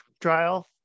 trial